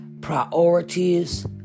priorities